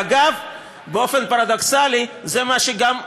אגב, באופן פרדוקסלי זה מה שגם כבודו,